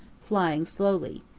flying slowly.